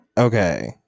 Okay